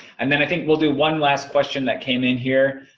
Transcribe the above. and then i think we'll do one last question that came in here.